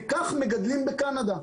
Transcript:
וכך מגדלים בקנדה,